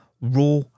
Raw